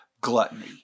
gluttony